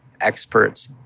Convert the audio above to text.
experts